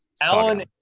Alan